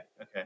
okay